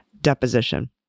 deposition